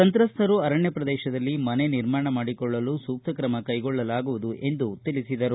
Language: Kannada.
ಸಂತ್ರಸ್ತರು ಅರಣ್ಯ ಪ್ರದೇಶದಲ್ಲಿ ಮನೆ ನಿರ್ಮಾಣ ಮಾಡಿಕೊಳ್ಳಲು ಸೂಕ್ತ ಕ್ರಮ ಕೈಗೊಳ್ಳಲಾಗುವುದು ಎಂದು ತಿಳಿಸಿದರು